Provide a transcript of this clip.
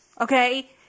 Okay